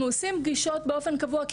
אנחנו עושים פגישות באופן קבוע.